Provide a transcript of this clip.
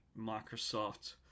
Microsoft